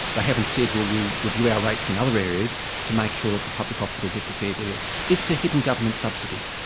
but haven't said, well, we'll review our rates in other areas to make sure that the public hospital gets a fair deal. it's a hidden government subsidy.